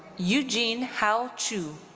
eugene hao chu.